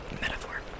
metaphor